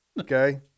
okay